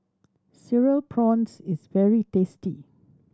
Cereal Prawns is very tasty